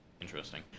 interesting